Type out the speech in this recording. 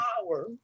power